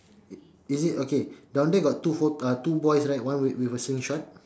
is it okay down there got two pho~ uh two boys right one with a slingshot